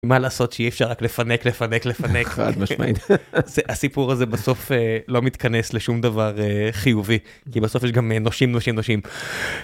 מה לעשות שאי אפשר רק לפנק לפנק לפנק הסיפור הזה בסוף לא מתכנס לשום דבר חיובי כי בסוף יש גם נושים נושים נושים.